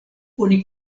oni